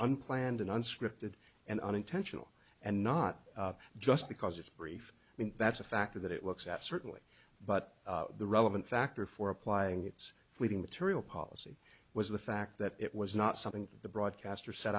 unplanned unscripted and unintentional and not just because it's brief that's a factor that it looks at certainly but the relevant factor for applying its fleeting material policy was the fact that it was not something the broadcaster set